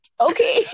okay